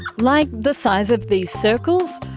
like the size of these circles,